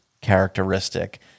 characteristic